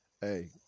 Hey